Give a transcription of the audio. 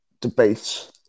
debate